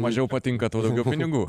mažiau patinka tuo daugiau pinigų